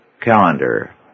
calendar